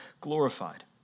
glorified